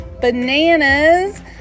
bananas